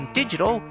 digital